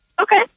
okay